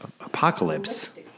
Apocalypse